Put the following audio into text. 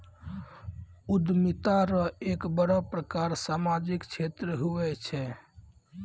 उद्यमिता रो एक बड़ो प्रकार सामाजिक क्षेत्र हुये छै